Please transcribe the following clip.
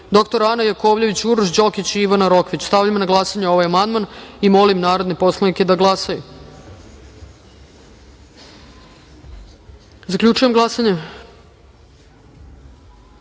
dr Ana Jakovljević, Uroš Đokić i Ivana Rokvić. Stavljam na glasanje ovaj amandman. Molim narodne poslanike da glasaju. Zaključujem glasanje: